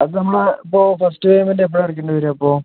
അത് നമ്മൾ ഇപ്പോൾ ഫസ്റ്റ് പേയ്മെൻറ്റ് പറഞ്ഞിട്ട് എന്താ അടക്കണ്ടി വരിക അപ്പം